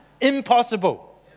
Impossible